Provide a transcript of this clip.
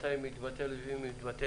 מתי היא מתבטלת, אם היא מתבטלת.